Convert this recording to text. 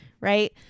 right